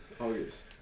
August